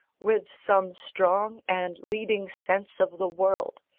with some strong and leading sense of the world,